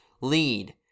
lead